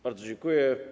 Bardzo dziękuję.